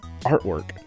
artwork